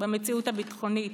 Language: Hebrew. במציאות הביטחונית.